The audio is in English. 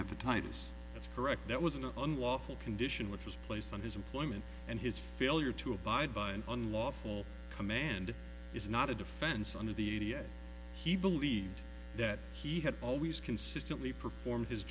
hepatitis that's correct that was an unlawful condition which was placed on his employment and his failure to abide by an unlawful command is not a defense under the he believed that he had always consistently performed his